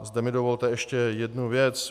Zde mi dovolte ještě jednu věc.